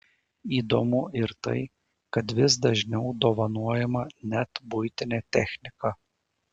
įdomu ir tai kad vis dažniau dovanojama net buitinė technika